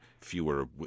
fewer